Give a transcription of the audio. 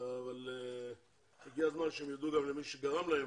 אבל הגיע הזמן שהם יודו גם למי שגרם להם